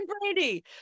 Brady